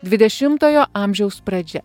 dvidešimtojo amžiaus pradžia